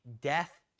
death